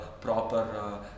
proper